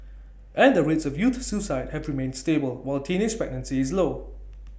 and the rates of youth suicide have remained stable while teenage pregnancy is low